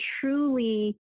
truly